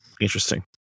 Interesting